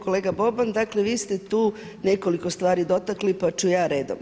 Kolega Boban, dakle vi ste tu nekoliko stvari dotakli pa ću ja redom.